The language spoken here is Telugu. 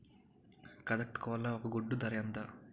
కదక్నత్ కోళ్ల ఒక గుడ్డు ధర ఎంత?